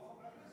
כמו חברי הכנסת.